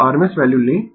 तो rms value लें